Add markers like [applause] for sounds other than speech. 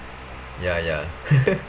ya ya [laughs]